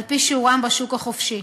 על-פי שיעורם בשוק החופשי.